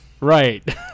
right